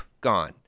gone